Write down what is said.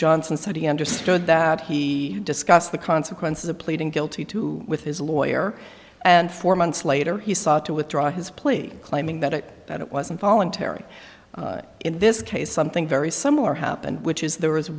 johnson said he understood that he discussed the consequences of pleading guilty to with his lawyer and four months later he sought to withdraw his plea claiming that it that it wasn't voluntary in this case something very similar happened which is there was